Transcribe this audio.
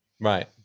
Right